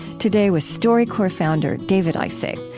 today with storycorps founder david isay,